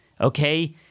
okay